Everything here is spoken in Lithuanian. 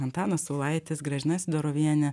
antanas saulaitis gražina sidorovienė